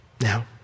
Now